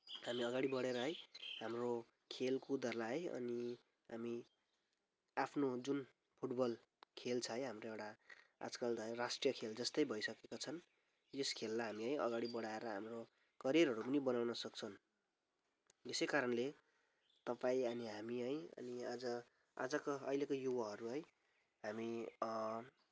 हामी अगाडि बढेर है हाम्रो खेलकुदहरूलाई है अनि हामी आफ्नो जुन फुटबल खेल छ है हाम्रो एउटा आजकल त है राष्ट्रिय खेल जस्तै भइसकेका छन् यस खेललाई हामी है अगाडि बढाएर हाम्रो करियरहरू पनि बनाउन सक्छन् यसै कारणले तपाईँ अनि हामी है अनि अझ आजको अहिलेको युवाहरू है हामी